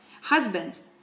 Husbands